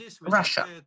Russia